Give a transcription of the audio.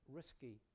risky